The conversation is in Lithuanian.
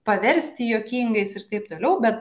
paversti juokingais ir taip toliau bet